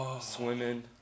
swimming